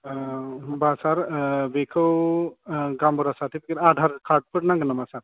ओ होनबा सार बेखौ गामबुरा सारटिफिकेट आधार कार्डफोर नांगोन नामा सार